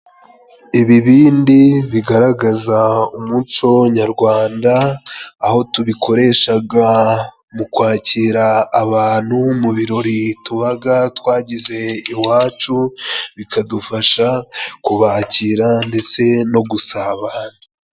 Ibibindi bigaragaza umuco nyarwanda, aho tubikoreshaga mu kwakira abantu mu birori tubaga twagize iwacu, bikadufasha kubakira ndetse no gusabana.